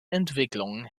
entwicklung